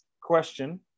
Question